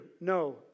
no